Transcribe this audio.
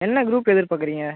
என்ன குரூப் எதிர் பார்க்குறீங்க